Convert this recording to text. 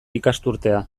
ikasturtea